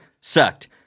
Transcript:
sucked